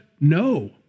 no